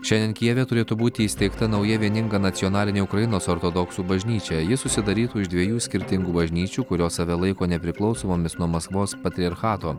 šiandien kijeve turėtų būti įsteigta nauja vieninga nacionalinė ukrainos ortodoksų bažnyčia ji susidarytų iš dviejų skirtingų bažnyčių kurios save laiko nepriklausomomis nuo maskvos patriarchato